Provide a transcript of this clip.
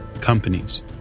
companies